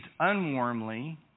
unwarmly